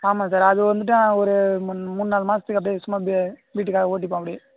ஆமாம் சார் அது வந்துவிட்டா ஒரு மூணு மூணு நாலு மாதத்துக்கு அப்படியே சும்மா அப்படியே வீட்டுக்காக ஓட்டிப்பேன் அப்படியே